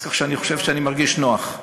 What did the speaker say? אז אני חושב שאני מרגיש נוח.